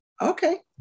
okay